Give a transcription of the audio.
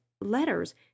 letters